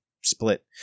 Split